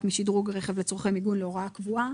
משדרוג רכב לצורכי מיגון להוראה קבועה